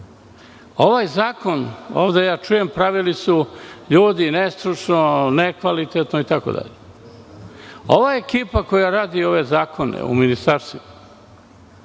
ovaj zakon pravili ljudi nestručno, nekvalitetno itd. Ova ekipa koja radi ove zakone u ministarstvima